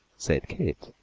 said keith,